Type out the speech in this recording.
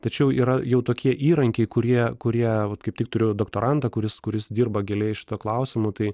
tačiau yra jau tokie įrankiai kurie kurie vat kaip tik turėjau doktorantą kuris kuris dirba giliai šituo klausimu tai